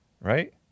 right